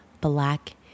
Black